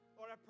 Lord